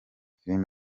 film